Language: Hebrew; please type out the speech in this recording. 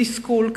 תסכול,